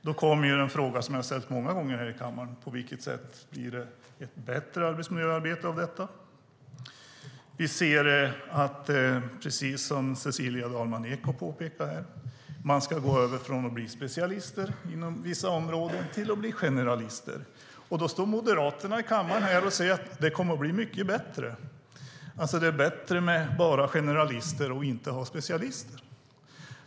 Då uppstår den fråga som jag ställt många gånger i kammaren, nämligen på vilket sätt det blir ett bättre arbetsmiljöarbete med färre inspektörer. Som Cecilia Dalman Eek påpekade ska man gå från att vara specialister inom vissa områden till att bli generalister. Och då står Moderaterna i kammaren och säger att det kommer att bli mycket bättre. Det ska alltså bli bättre med enbart generalister och inga specialister.